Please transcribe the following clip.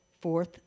Fourth